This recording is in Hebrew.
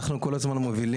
אנחנו כל הזמן מובילים